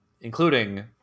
Including